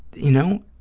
you know,